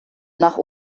nach